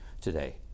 today